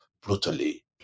brutally